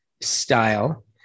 style